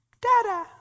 da-da